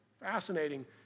Fascinating